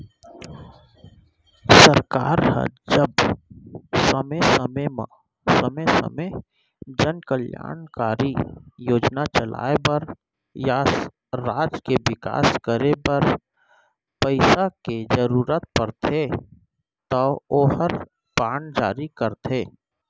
सरकार ह जब समे समे जन कल्यानकारी योजना चलाय बर या राज के बिकास करे बर पइसा के जरूरत परथे तौ ओहर बांड जारी करथे